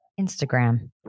Instagram